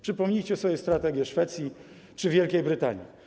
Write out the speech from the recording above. Przypomnijcie sobie strategię Szwecji czy Wielkiej Brytanii.